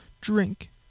Drink